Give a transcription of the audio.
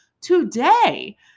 Today